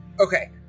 Okay